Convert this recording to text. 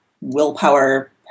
willpower